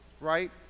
right